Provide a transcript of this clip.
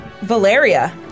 Valeria